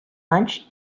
lunch